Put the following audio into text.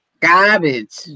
Garbage